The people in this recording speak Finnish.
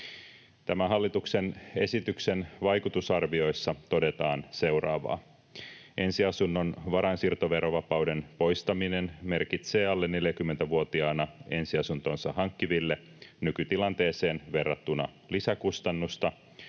Tämän hallituksen esityksen vaikutusarvioissa todetaan seuraavaa: ”Ensiasunnon varainsiirtoverovapauden poistaminen merkitsee alle 40-vuotiaana ensiasuntonsa hankkiville nykytilanteeseen verrattuna lisäkustannusta,